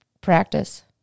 Practice